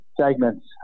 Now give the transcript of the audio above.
segments